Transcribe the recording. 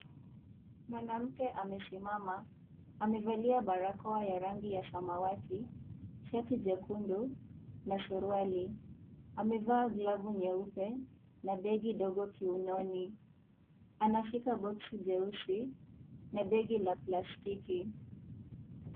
Mwanamke amesimama. Amevalia barakoa ya rangi ya samawati, sharti jekundu na suruali. Amevaa glavu nyaupe na begi ndogo kiunoni. Anashika boksi jeusi na begi la plastiki.